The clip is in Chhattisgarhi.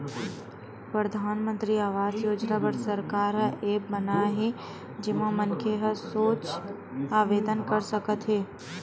परधानमंतरी आवास योजना बर सरकार ह ऐप बनाए हे जेमा मनखे ह सोझ आवेदन कर सकत हे